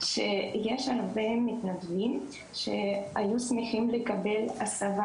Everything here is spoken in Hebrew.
שיש אלפי מתנדבים שהיו שמחים לקבל הסבה